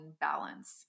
balance